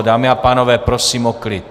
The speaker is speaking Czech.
Dámy a pánové, prosím o klid!